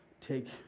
Take